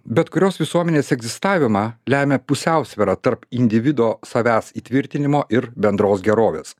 bet kurios visuomenės egzistavimą lemia pusiausvyra tarp individo savęs įtvirtinimo ir bendros gerovės